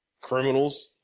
criminals